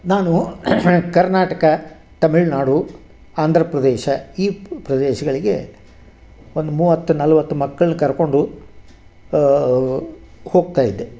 ನಾನು ಕರ್ನಾಟಕ ತಮಿಳ್ನಾಡು ಆಂಧ್ರ ಪ್ರದೇಶ ಈ ಪ್ರದೇಶಗಳಿಗೆ ಒಂದು ಮೂವತ್ತು ಮೂವತ್ತು ನಲ್ವತ್ತು ಮಕ್ಳನ್ನು ಕರ್ಕೊಂಡು ಹೋಗ್ತಾ ಇದ್ದೆ